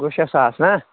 گوٚو شےٚ ساس نا